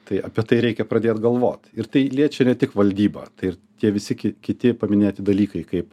tai apie tai reikia pradėt galvot ir tai liečia ne tik valdybą tai ir tie visi kiti paminėti dalykai kaip